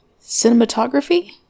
cinematography